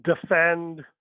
defend